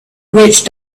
witch